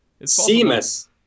Seamus